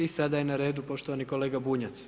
I sada je na redu poštovani kolega Bunjac.